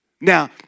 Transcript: Now